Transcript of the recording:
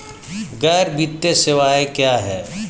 गैर वित्तीय सेवाएं क्या हैं?